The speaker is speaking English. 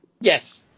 Yes